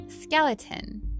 Skeleton